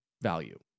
Value